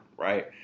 right